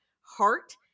heart